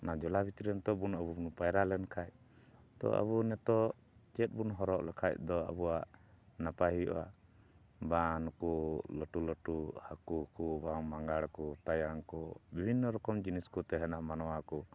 ᱚᱱᱟ ᱡᱚᱞᱟ ᱵᱷᱤᱛᱨᱤ ᱨᱮ ᱱᱤᱛᱚ ᱵᱚᱱ ᱟᱵᱚ ᱵᱚᱱ ᱯᱟᱭᱨᱟ ᱞᱮᱱᱠᱷᱟᱱ ᱛᱚ ᱟᱵᱚ ᱱᱤᱛᱚᱜ ᱪᱮᱫ ᱵᱚᱱ ᱦᱚᱨᱚᱜ ᱞᱮᱠᱷᱟᱱ ᱫᱚ ᱟᱵᱚᱣᱟᱜ ᱱᱟᱯᱟᱭ ᱦᱩᱭᱩᱜᱼᱟ ᱵᱟᱝ ᱱᱩᱠᱩ ᱞᱟᱹᱴᱩ ᱞᱟᱹᱴᱩ ᱦᱟᱹᱠᱩ ᱠᱚ ᱵᱟᱝ ᱢᱟᱜᱟᱲ ᱠᱚ ᱛᱟᱭᱟᱱ ᱠᱚ ᱵᱤᱵᱷᱤᱱᱱᱚ ᱨᱚᱠᱚᱢ ᱡᱤᱱᱤᱥ ᱠᱚ ᱛᱟᱦᱮᱱᱟ ᱢᱟᱱᱣᱟ ᱠᱚ